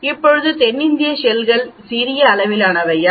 இப்போது தென்னிந்திய ஷெல்கள் சிறிய அளவிலானவையா